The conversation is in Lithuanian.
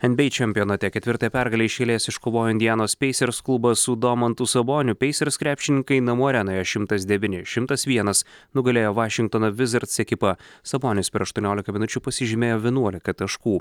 nba čempionate ketvirtąją pergalę iš eilės iškovojo indianos peisers klubas su domantu saboniu peisers krepšininkai namų arenoje šimtas devyni šimtas vienas nugalėjo vašingtono vizerts ekipą sabonis per aštuoniolika minučių pasižymėjo vienuolika taškų